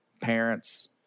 parents